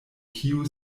kiu